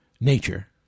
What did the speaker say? nature